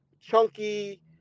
chunky